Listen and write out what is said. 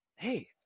hey